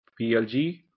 PLG